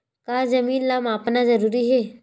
का जमीन ला मापना जरूरी हे?